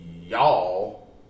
y'all